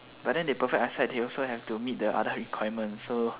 but then they perfect eyesight they also have to meet the other requirements so